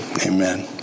Amen